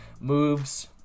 moves